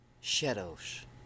Shadows